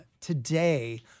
today